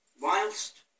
whilst